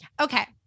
Okay